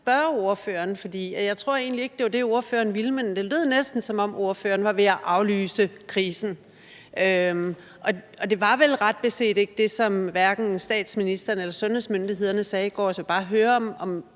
spørge ordføreren om noget. Jeg tror egentlig ikke, det var det, ordføreren ville, men det lød næsten, som om ordføreren var ved at aflyse krisen, og det var vel ret beset ikke det, som statsministeren og sundhedsmyndighederne sagde i går. Så jeg vil bare høre, om